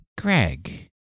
Greg